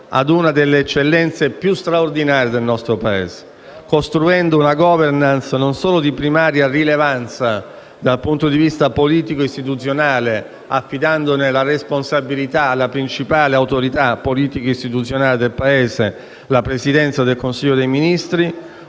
ad una delle eccellenze più straordinarie del nostro Paese costruendo una *governance* non solo di primaria rilevanza da punto di vista politico-istituzionale affidandone la responsabilità alla principale autorità politico istituzionale del Paese, la Presidenza del Consiglio dei Ministri,